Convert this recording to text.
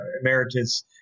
emeritus